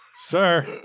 Sir